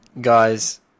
guys